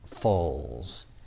falls